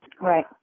Right